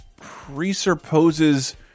presupposes